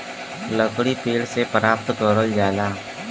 लकड़ी पेड़ से प्राप्त करल जाला